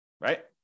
right